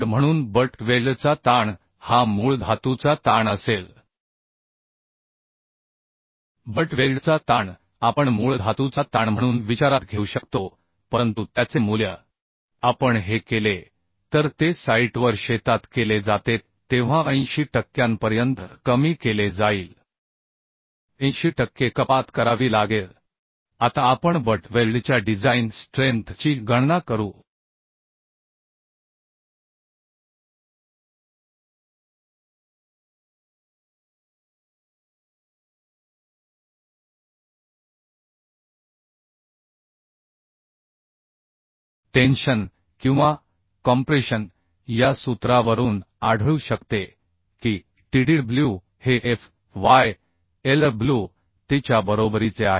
म्हणून बट वेल्डचा ताण हा मूळ धातूचा ताण असेल बट वेल्डचा ताण आपण मूळ धातूचा ताण म्हणून विचारात घेऊ शकतो परंतु त्याचे मूल्यआपण हे केले तर ते साइटवर शेतात केले जाते तेव्हा 80 टक्क्यांपर्यंत कमी केले जाईल 80 टक्के कपात करावी लागेल आता आपण बट वेल्डच्या डिजाईन स्ट्रेंथ ची गणना करू टेन्शन किंवा कॉम्प्रेशन या सूत्रावरून आढळू शकते की Tdw हे fy Lw te च्या बरोबरीचे आहे